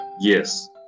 Yes